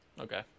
Okay